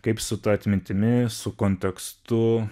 kaip su ta atmintimi su kontekstu